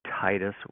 Titus